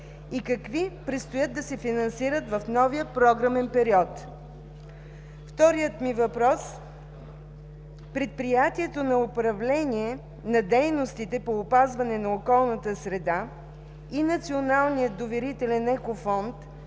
и какви предстои да се финансират в новия програмен период? Вторият ми въпрос. Предприятието на управление на дейностите по опазване на околната среда и Националният доверителен екофонд